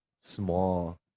small